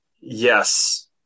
yes